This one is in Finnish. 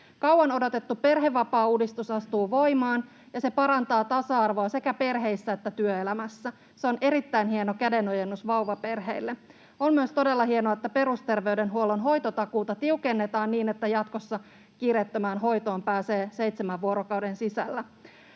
Kauan odotettu perhevapaauudistus astuu voimaan, ja se parantaa tasa-arvoa sekä perheissä että työelämässä. Se on erittäin hieno kädenojennus vauvaperheille. On myös todella hienoa, että perusterveydenhuollon hoitotakuuta tiukennetaan niin, että jatkossa kiireettömään hoitoon pääsee seitsemän vuorokauden sisällä.